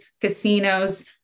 casinos